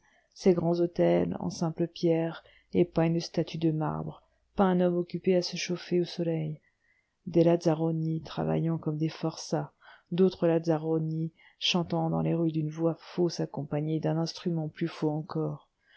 ces grands hôtels en simple pierre et pas une statue de marbre pas un homme occupé à se chauffer au soleil des lazzaroni travaillant comme des forçats d'autres lazzaroni chantant dans la rue d'une voix fausse accompagnée d'un instrument plus faux encore